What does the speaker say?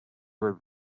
were